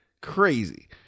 crazy